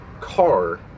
car